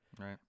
Right